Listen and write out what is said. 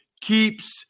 keeps